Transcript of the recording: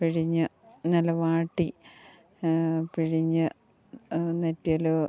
പിഴിഞ്ഞ് നല്ല വാട്ടി പിഴിഞ്ഞ് നെറ്റിയിൽ